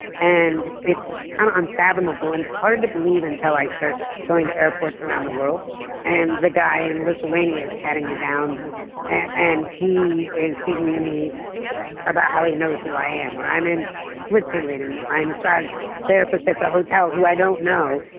it's kind of unfathomable and it's hard to believe until i start going to airports around the world and the guy in lithuania is patting me down and he is speaking to me about how he knows who i am or i'm in switzerland and my massage therapist at the hotel who i don't know,